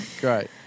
Great